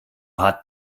hat